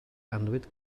annwyd